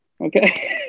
Okay